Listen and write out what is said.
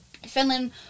Finland